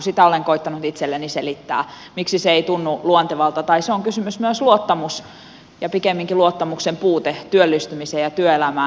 sitä olen koettanut itselleni selittää miksi se ei tunnu luontevalta tai siinä on kysymyksessä myös luottamus ja pikemminkin luottamuksen puute työllistymiseen ja työelämään